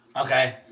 okay